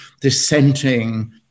dissenting